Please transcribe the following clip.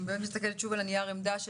אני מסתכלת שוב על נייר העמדה של